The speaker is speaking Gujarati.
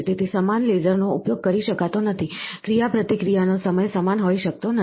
તેથી સમાન લેસરનો ઉપયોગ કરી શકાતો નથી ક્રિયાપ્રતિક્રિયાનો સમય સમાન હોઈ શકતો નથી